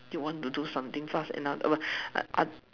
you want to do something fast and in other words uh